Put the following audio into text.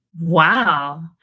Wow